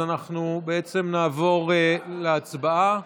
אז אנחנו נעבור להצבעה,